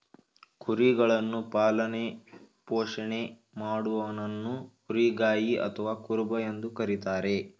ಕುರಿಗಳನ್ನು ಪಾಲನೆ ಪೋಷಣೆ ಮಾಡುವವನನ್ನು ಕುರಿಗಾಯಿ ಅಥವಾ ಕುರುಬ ಎಂದು ಕರಿತಾರೆ